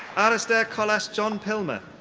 alasdair collas john pilmer.